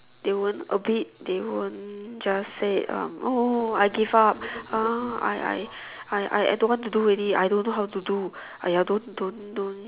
they won't a bit they won't just say um oh oh I give up ah I I I I don't want to do already I don't know how to do !aiya! don't don't don't